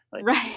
Right